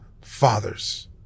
fathers